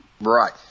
Right